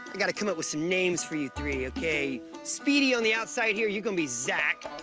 i gotta come up with some names for your three, okay? speedy on the outside here, you're gonna be zach,